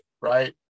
right